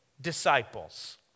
disciples